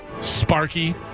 Sparky